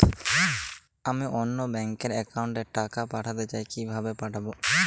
আমি অন্য ব্যাংক র অ্যাকাউন্ট এ টাকা পাঠাতে চাই কিভাবে পাঠাবো?